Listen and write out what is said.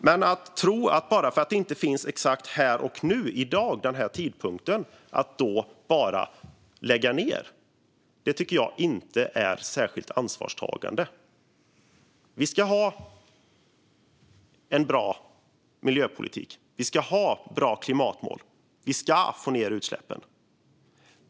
Men att tro att bara för att det inte finns exakt här och nu i dag vid den här tidpunkten är det bara att lägga ned, det tycker jag inte är särskilt ansvarstagande. Vi ska ha en bra miljöpolitik. Vi ska ha bra klimatmål. Vi ska få ned utsläppen.